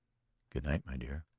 good night, my dear.